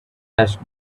touched